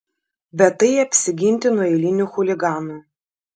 bet tai apsiginti nuo eilinių chuliganų